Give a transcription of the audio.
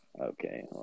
Okay